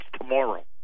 tomorrow